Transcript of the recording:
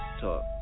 talk